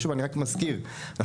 ואני רק מזכיר שוב,